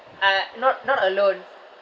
uh not not a loan